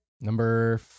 number